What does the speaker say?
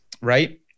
right